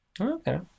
okay